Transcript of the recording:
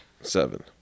seven